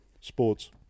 Sports